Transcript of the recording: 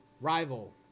Rival